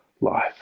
life